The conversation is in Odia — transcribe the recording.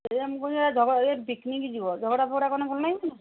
ସେଇୟା ମୁଁ କହୁଛି ସେ ଝଗଡ଼ା ଏ ପିକ୍ନିକ୍ ଯିବ ଝଗଡ଼ା ଫଗଡ଼ା କଲେ ଭଲ ଲାଗିବ